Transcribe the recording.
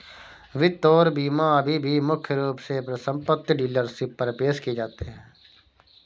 वित्त और बीमा अभी भी मुख्य रूप से परिसंपत्ति डीलरशिप पर पेश किए जाते हैं